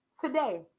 today